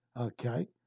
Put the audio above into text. Okay